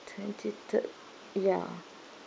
twenty third ya